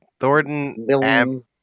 Thornton